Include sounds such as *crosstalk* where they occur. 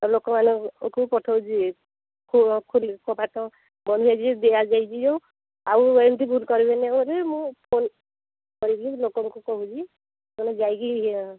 ଆ ଲୋକମାନଙ୍କୁ ପଠଉଛି ଖୋଲି କବାଟ *unintelligible* ଦିଆଯାଇଛି ଯେଉଁ ଆଉ ଏମିତି ଭୁଲ କରିବେନି ପରେ ମୁଁ ଫୋନ୍ କରିବି ଲୋକଙ୍କୁ କହୁଛି ମାନେ ଯାଇକି